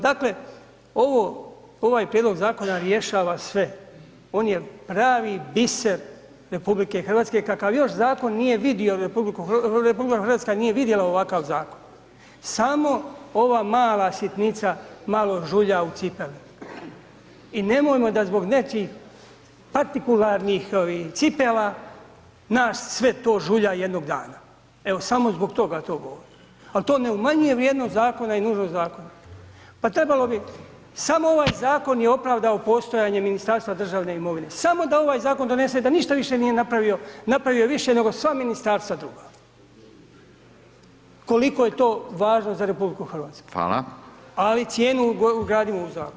Dakle, ovo, ovaj prijedlog zakona rješava sve, on je pravi biser RH kakav još zakon nije vidio RH, RH nije vidjela ovakav zakon, samo ova mala sitnica malo žulja u cipeli i nemojmo da zbog nečijih partikularnih ovi cipela nas sve to žulja jednog dana, evo samo zbog toga to govorim, al to ne umanjuje vrijednost zakona i nužnost zakona, pa trebalo bi, samo ovaj zakon je opravdao postojanje Ministarstva državne imovine, samo da ovaj zakon donese, da ništa više nije napravio, napravio je više nego sva ministarstva druga, koliko je to važno za RH [[Upadica: Fala]] ali cijenu ugradimo u zakon.